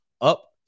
up